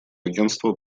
агентства